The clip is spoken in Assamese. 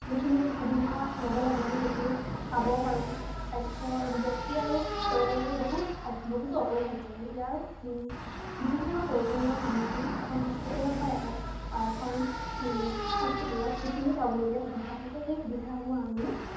যিখিনি সুবিধা ল'ব লাগে আমি সেইখিনি পাব পাৰোঁ স্বাস্থ্য ব্যক্তি আৰু পৰিয়ালৰ বাবে বহুত বহুতো অপৰিহাৰ্য মানে ইয়াৰ যিখিনি আমাৰ প্ৰয়োজনীয় সামগ্ৰী এখন হস্পিটেলত বা এটা এখন হস্পিটেলত যিখিনি পাবলগীয়া সুবিধা থাকে সেই সুবিধাসমূহ আমি